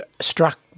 struck